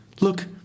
Look